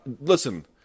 listen